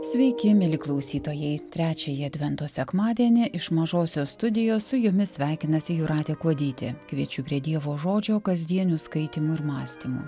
sveiki mieli klausytojai trečiąjį advento sekmadienį iš mažosios studijos su jumis sveikinasi jūratė kuodytė kviečiu prie dievo žodžio kasdienių skaitymų ir mąstymų